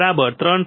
2 3